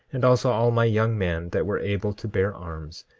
and also all my young men that were able to bear arms,